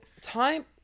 time